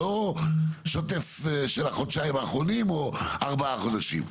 לא שוטף של החודשיים האחרונים או ארבעה חודשים.